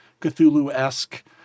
Cthulhu-esque